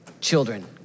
children